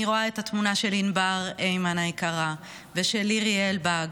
אני רואה את התמונה של ענבר הימן היקרה ושל לירי אלבג.